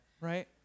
right